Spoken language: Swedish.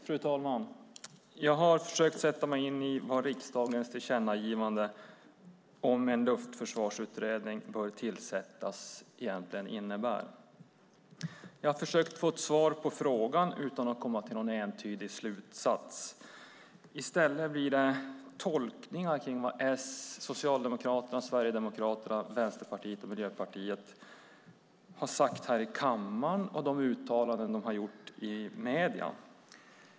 Fru talman! Jag har försökt sätta mig in i vad riksdagens tillkännagivande om att en luftförsvarsutredning bör tillsättas egentligen innebär. Jag har försökt få svar på frågan utan att komma till någon entydig slutsats. I stället blir det tolkningar av vad Socialdemokraterna, Sverigedemokraterna, Vänsterpartiet och Miljöpartiet har sagt här i kammaren och de uttalanden de har gjort i medierna.